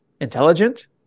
intelligent